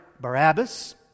Barabbas